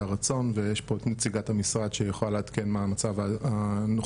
רצון ויש איתנו פה את נציגת המשרד שיכולה לעדכן מה המצב הנוכחי,